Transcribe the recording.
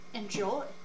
enjoy